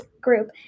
group